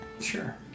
Sure